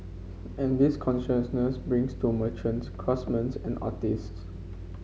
and this consciousness brings to merchants craftsman's and artists